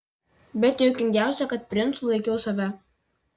bet juokingiausia kad princu laikiau save